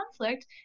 conflict